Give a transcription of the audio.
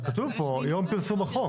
אז כתוב פה יום פרסום החוק.